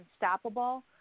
unstoppable